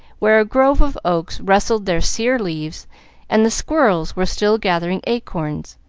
where a grove of oaks rustled their sere leaves and the squirrels were still gathering acorns.